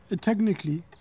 technically